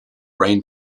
brain